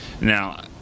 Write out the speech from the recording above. Now